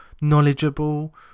knowledgeable